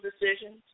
decisions